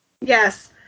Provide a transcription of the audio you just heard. Yes